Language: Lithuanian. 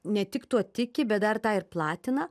ne tik tuo tiki bet dar tą ir platina